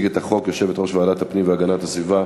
תציג את החוק יושבת-ראש ועדת הפנים והגנת הסביבה